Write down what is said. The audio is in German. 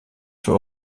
für